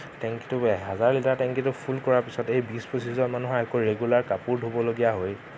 টেংকীটো হাজাৰ লিটাৰ টেংকীটো ফুল কৰা পিছত সেই বিশ পঁচিশজন মানুহে আকৌ ৰেগুলাৰ কাপোৰ ধুব লগীয়া হয়